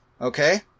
Okay